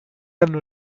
anni